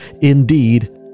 indeed